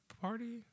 party